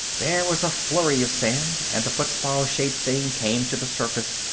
there was a flurry of sand, and the football-shaped thing came to the surface,